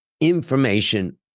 information